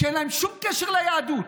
שאין להם שום קשר ליהדות,